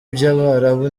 by’abarabu